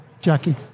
Jackie